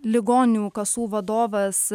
ligonių kasų vadovas